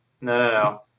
No